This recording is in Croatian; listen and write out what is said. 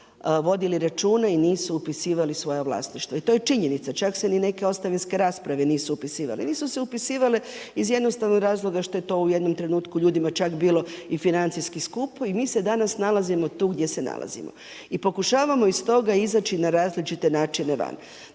vodili računa i nisu upisivali svoja vlasništva i to je činjenica. Čak se ni neke ostavinske rasprave nisu upisivale. Nisu se upisivale iz jednostavnog razloga što je to u jednom trenutku ljudima čak bilo i financijski skupo. I mi se danas nalazimo tu gdje se nalazimo i pokušavamo iz toga izaći na različite načine van.